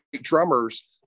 drummers